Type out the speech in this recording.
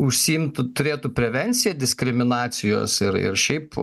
užsiimtų turėtų prevenciją diskriminacijos ir ir šiaip